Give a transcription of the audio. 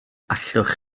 allwch